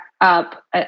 up